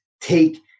take